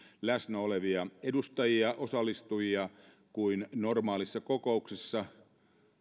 läsnä olevia edustajia ja osallistujia kuin normaalissa kokouksessa